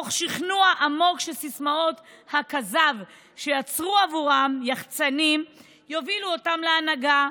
מתוך שכנוע עמוק שסיסמאות הכזב שיצרו עבורם יחצ"נים יובילו אותם להנהגה,